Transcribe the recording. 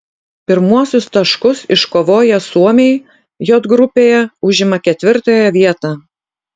pirmuosius taškus iškovoję suomiai j grupėje užima ketvirtąją vietą